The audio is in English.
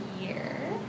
year